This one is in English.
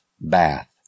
BATH